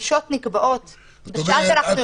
הפגישות נקבעות בשעה שאנחנו יושבים כאן.